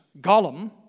Gollum